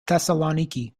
thessaloniki